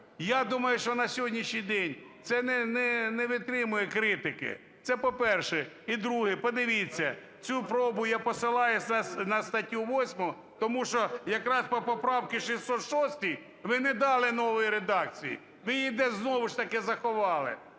Я думаю, що на сьогоднішній день це не витримує критики. Це, по-перше. І друге. Подивіться, цю пробу, я посилаюся на статтю 8, тому що якраз по поправці 606 ви не дали нової редакції, ви її десь знову ж таки заховали.